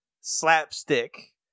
slapstick